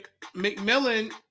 McMillan